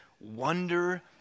wonder